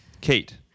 Kate